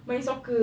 main soccer